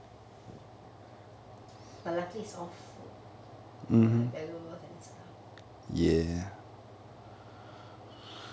but luckily is all food not like valuables and stuff